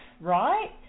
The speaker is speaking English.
right